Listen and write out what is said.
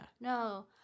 no